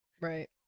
Right